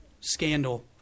scandal